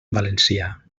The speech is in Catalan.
valencià